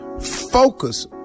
focus